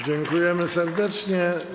Dziękujemy serdecznie.